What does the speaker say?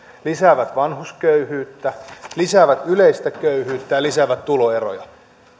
lisäävät vanhusköyhyyttä lisäävät yleistä köyhyyttä ja lisäävät tuloeroja